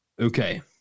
okay